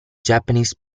japanese